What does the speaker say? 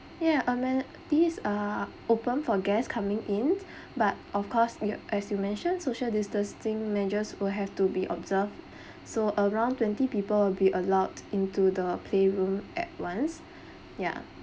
yeah amenities are open for guest coming in but of course you as you mention social distancing measures will have to be observed so around twenty people will be allowed into the playroom at once ya